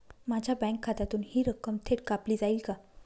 माझ्या बँक खात्यातून हि रक्कम थेट कापली जाईल का?